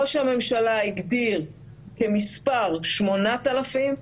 ראש הממשלה הגדיר את המספר 8,000,